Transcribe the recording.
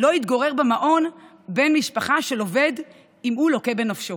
לא יתגורר במעון בן משפחה של עובד אם הוא לוקה בנפשו.